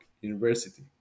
University